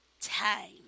Time